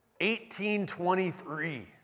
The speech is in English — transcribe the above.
1823